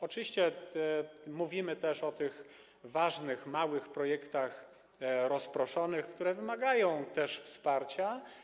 Oczywiście mówimy też o tych ważnych, małych projektach rozproszonych, które też wymagają wsparcia.